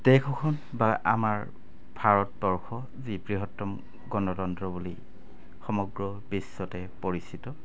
দেশ এখন বা আমাৰ ভাৰতবৰ্ষ যি বৃহত্তম গণতন্ত্ৰ বুলি সমগ্ৰ বিশ্বতে পৰিচিত